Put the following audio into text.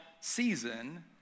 season